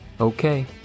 Okay